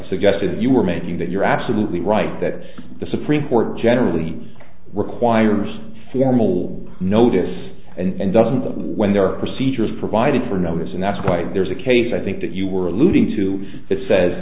suggestion you were making that you're absolutely right that the supreme court generally requires formal notice and doesn't the when there are procedures provided for notice and that's quite there's a case i think that you were alluding to that says